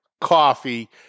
coffee